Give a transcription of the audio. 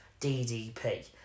DDP